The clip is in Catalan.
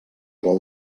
vol